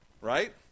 right